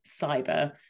cyber